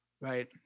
Right